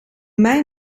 mij